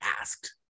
asked